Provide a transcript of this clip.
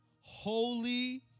Holy